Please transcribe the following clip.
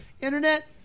Internet